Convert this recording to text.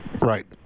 Right